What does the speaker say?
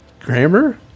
Grammar